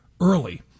early